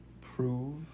prove